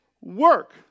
work